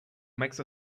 makes